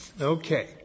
Okay